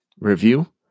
review